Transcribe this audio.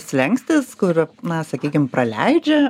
slenkstis kur na sakykim praleidžia